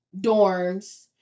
dorms